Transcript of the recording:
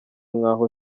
nk’aho